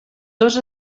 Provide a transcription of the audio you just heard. dos